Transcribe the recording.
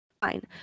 fine